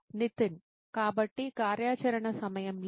నితిన్ కాబట్టి కార్యాచరణ సమయంలో